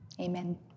Amen